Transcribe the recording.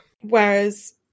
whereas